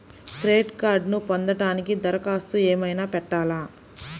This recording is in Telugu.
క్రెడిట్ కార్డ్ను పొందటానికి దరఖాస్తు ఏమయినా పెట్టాలా?